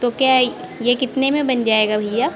तो क्या ई ये कितने में बन जाएगा भैया